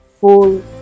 full